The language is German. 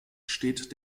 steht